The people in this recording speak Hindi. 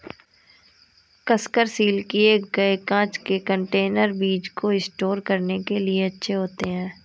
कसकर सील किए गए कांच के कंटेनर बीज को स्टोर करने के लिए अच्छे होते हैं